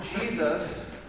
Jesus